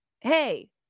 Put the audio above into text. hey